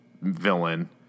villain